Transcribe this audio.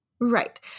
Right